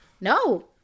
No